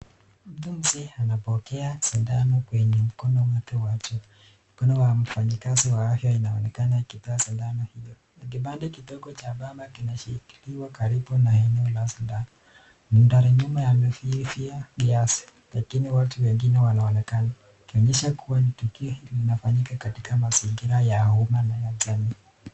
Mtu mzeee anapoa sindano kwenye mkono wake wa juu, mkono wa mfanyikazi wa afya inaonekana ikitoa sindano hiyo, na kipande kidogo cha pamba kinashikiliwa karibu na eneo la sindano, mbali nyuma yamefifia kiasi lakini watu wengine wanaonekana, ikionyesha ni tukio linafanyika katika mazingira ya umma na ya jamii.